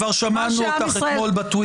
כבר שמענו אותך אתמול בטוויטר,